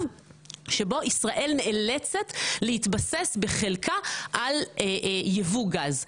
שבו ישראל נאצלת להתבסס בחלקה על ייבוא גז.